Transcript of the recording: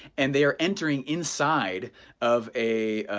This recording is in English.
and they are entering inside of a,